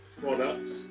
Products